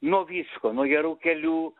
nuo visko nuo gerų kelių